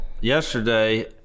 yesterday